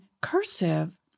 cursive